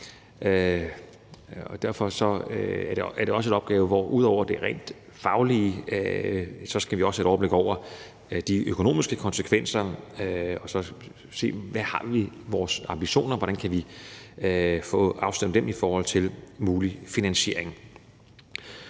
derfor er det også en opgave, hvor vi ud over det rent faglige skal have et overblik over de økonomiske konsekvenser og så se på, hvor vi har vores ambitioner, og hvordan kan vi få dem afstemt i forhold til en mulig finansiering.